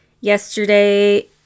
yesterday